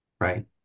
Right